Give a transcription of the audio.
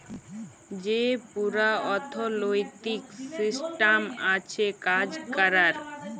যে পুরা অথ্থলৈতিক সিসট্যাম আছে কাজ ক্যরার